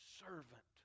servant